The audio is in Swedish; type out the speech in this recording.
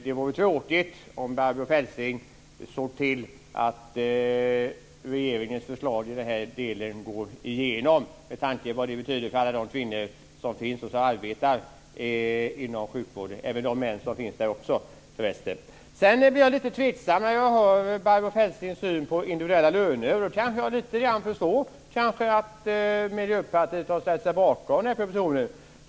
Det vore tråkigt om Barbro Feltzing såg till att regeringens förslag i den här delen går igenom med tanke på vad det betyder för alla de kvinnor som arbetar inom sjukvården och alla de män som finns där också, förresten. Jag blir lite tveksam när jag hör Barbro Feltzings syn på individuella löner. Men det innebär att jag kanske lite grann kan förstå att Miljöpartiet har ställt sig bakom den här propositionen.